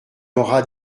aura